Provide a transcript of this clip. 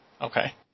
Okay